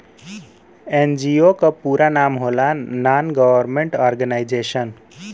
NGO क पूरा नाम होला नान गवर्नमेंट और्गेनाइजेशन